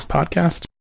Podcast